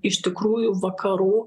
iš tikrųjų vakarų